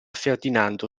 ferdinando